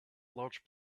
large